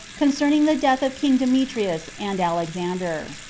concerning the death of king demetrius and alexander.